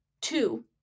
two